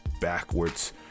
backwards